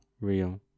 real